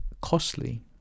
costly